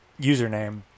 username